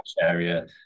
area